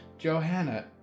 Johanna